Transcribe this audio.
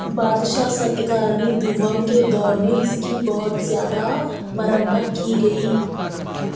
بادشاہ ستکارنی دوم کے دور میں اس کی بہت زیادہ مرمت کی گئی